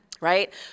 Right